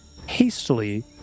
hastily